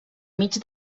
mig